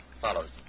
follows